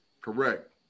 Correct